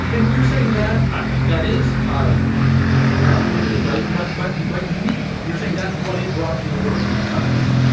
and you're saying that that is out of africa, africom take place. but but but uniquely, you're saying that's what it brought to the world's myths i mean,